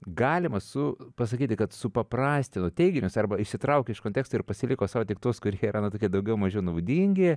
galima su pasakyti kad supaprastino teiginius arba išsitraukė iš konteksto ir pasiliko sau tik tuos kurie yra na tokie daugiau mažiau naudingi